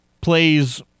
Plays